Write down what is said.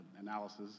analysis